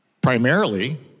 primarily